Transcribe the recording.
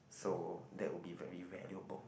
so that would be very valuable